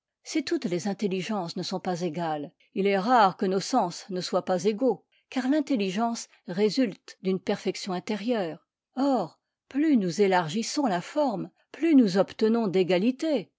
si toutes les intelligences ne sont pas égales il est rare que nos sens ne soient pas égaux car l'intelligence résulte d'une perfection intérieure or plus nous élargissons la forme plus nous obtenons d'égalité